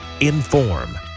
Inform